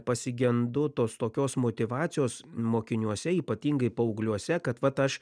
pasigendu tos tokios motyvacijos mokiniuose ypatingai paaugliuose kad vat aš